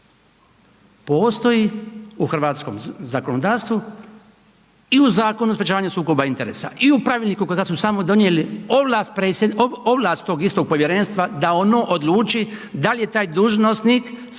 postoji u hrvatskom zakonodavstvu i u Zakonu o sprečavanju sukoba interesa i u Pravilniku kojega su sami donijeli ovlast tog istog povjerenstva da ono odluči da li je taj dužnosnik